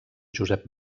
josep